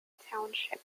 township